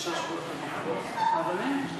את הצעת חוק הרשות הלאומית להסמכת מעבדות (תיקון מס'